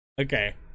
okay